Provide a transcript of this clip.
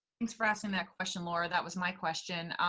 thanks for asking that question, laura. that was my question.